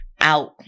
out